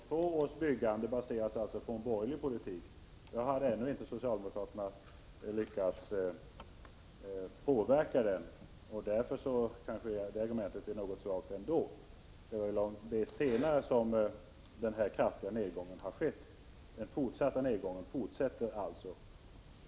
Fru talman! 1982 års byggande baserades på en borgerlig politik. Socialdemokraterna hade då inte lyckats påverka den. Därför är argumentet kanske något svagt. Det är senare som den kraftiga nedgången skett, och nedgången fortsätter.